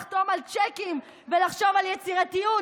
לחתום על צ'קים ולחשוב על יצירתיות